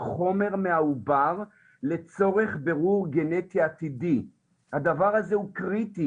חומר מהעובר לצורך בירור גנטי עתידי.." הדבר הזה הוא קריטי,